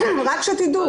רק שתדעו.